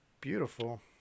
Beautiful